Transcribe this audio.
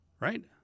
Right